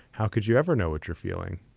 how could you ever know what you're feeling?